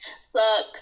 sucks